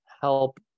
help